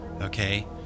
okay